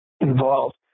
involved